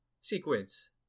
sequence